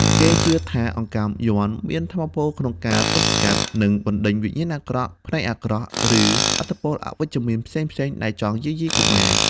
គេជឿថាអង្កាំយ័ន្តមានថាមពលក្នុងការទប់ស្កាត់ និងបណ្តេញវិញ្ញាណអាក្រក់ ភ្នែកអាក្រក់ ឬឥទ្ធិពលអវិជ្ជមានផ្សេងៗដែលចង់យាយីកុមារ។